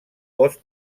poste